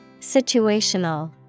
Situational